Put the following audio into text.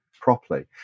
properly